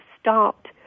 stopped